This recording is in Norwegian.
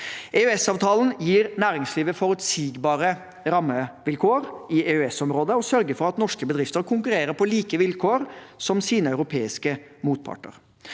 EØS-avtalen gir næringslivet forutsigbare rammevilkår i EØS-området og sørger for at norske bedrifter konkurrerer på like vilkår som sine europeiske motparter.